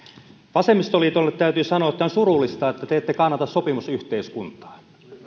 vasemmistoliitolle täytyy sanoa että on surullista että te ette kannata sopimusyhteiskuntaa